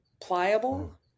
pliable